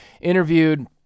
interviewed